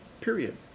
period